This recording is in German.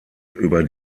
über